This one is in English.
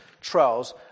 trials